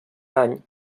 any